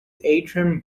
adrian